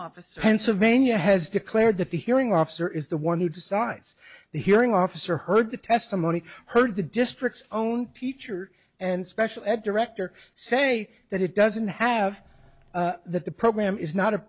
officer pennsylvania has declared that the hearing officer is the one who decides the hearing officer heard the testimony heard the district's own teacher and special ed director say that it doesn't have that the program is not